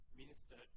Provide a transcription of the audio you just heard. minister